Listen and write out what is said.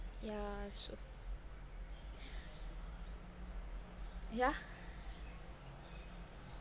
ya so ya